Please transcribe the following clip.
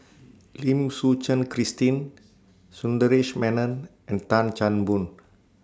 Lim Suchen Christine Sundaresh Menon and Tan Chan Boon